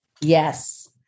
Yes